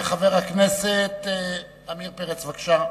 חבר הכנסת עמיר פרץ, בבקשה.